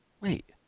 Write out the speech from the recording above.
Wait